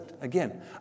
again